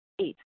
Eight